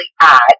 add